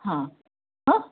हा हा